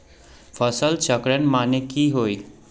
फसल चक्रण माने की होय?